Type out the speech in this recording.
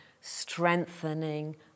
strengthening